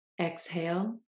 exhale